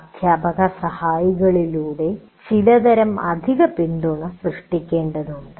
അധ്യാപക സഹായികളിലൂടെ ചിലതരം അധിക പിന്തുണ സൃഷ്ടിക്കേണ്ടതുണ്ട്